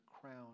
crown